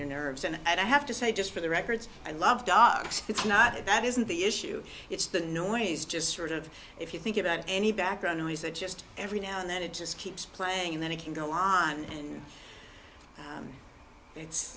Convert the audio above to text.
your nerves and i have to say just for the record i love dogs it's not that isn't the issue it's the noise just sort of if you think about any background noise it just every now and then it just keeps playing then it can go on and it's